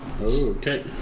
Okay